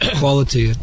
quality